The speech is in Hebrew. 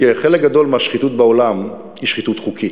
כי חלק גדול מהשחיתות בעולם היא שחיתות חוקית.